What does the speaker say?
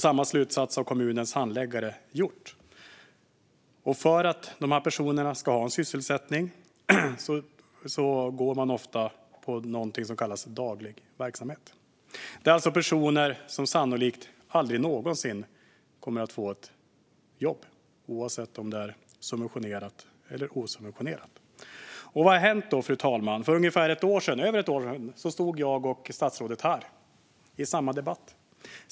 Samma slutsats har kommunens handläggare gjort. För att de här personerna ska ha en sysselsättning går de ofta på någonting som kallas daglig verksamhet. Det är alltså personer som sannolikt aldrig någonsin kommer att få ett jobb, oavsett om det är subventionerat eller osubventionerat. Fru talman! Vad har då hänt? För ett drygt år sedan stod jag och statsrådet här och förde samma debatt.